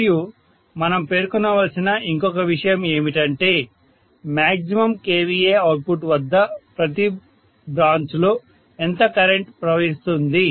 మరియు మనం పేర్కొనవలసిన ఇంకొక విషయం ఏమిటంటే మ్యాగ్జిమం kVA అవుట్పుట్ వద్ద ప్రతి బ్రాంచ్ లో ఎంత కరెంటు ప్రవహిస్తుంది